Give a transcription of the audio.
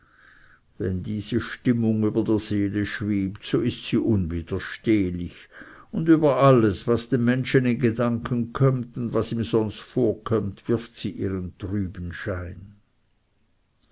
wenn diese stimmung über der seele schwebt so ist sie unwiderstehlich und über alles was dem menschen in gedanken kömmt und was ihm sonst vorkömmt wirft sie ihren trüben schein